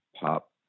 pop